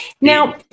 Now